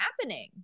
happening